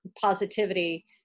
positivity